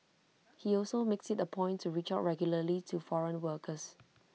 he also makes IT A point to reach out regularly to foreign workers